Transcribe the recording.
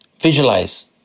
Visualize